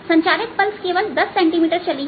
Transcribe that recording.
संचारित पल्स केवल 10 सेंटीमीटर चली है